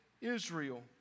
Israel